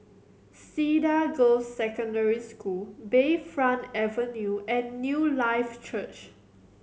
Cedar Girls' Secondary School Bayfront Avenue and Newlife Church